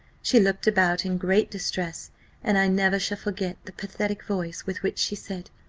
she looked about in great distress and i never shall forget the pathetic voice with which she said,